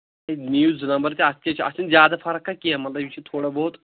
ہے نِیِو زٕ نَمبر تہِ اَتھ کیٛاہ چھِ اَتھ چھِنہٕ زیادٕ فَرَقہ کیٚنہہ مطلب یِم چھِ تھوڑا بہت